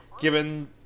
given